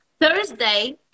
Thursday